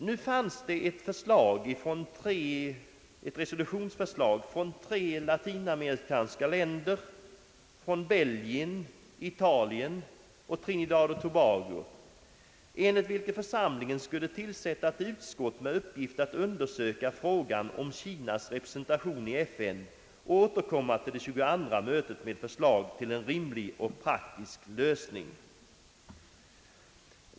Nu fanns det vid tjugoförsta generalförsamlingen ett resolutionsförslag från tre latinamerikanska länder, från Belgien, Italien, Trinidad och Tobago, enligt vilket generalförsamlingen skulle tillsätta ett utskott med uppgiften att undersöka frågan om Kinas representation i FN och återkomma till det 22:a mötet med förslag om en rimlig och praktisk lösning.